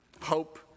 Hope